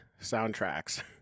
soundtracks